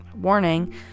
warning